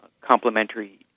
complementary